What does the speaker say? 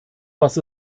was